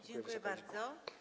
Dziękuję bardzo.